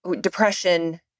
depression